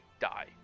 die